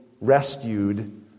rescued